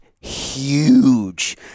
huge